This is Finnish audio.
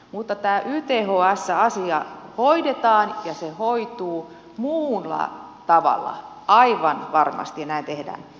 mutta tämä yths asia hoidetaan ja se hoituu muulla tavalla aivan varmasti ja näin tehdään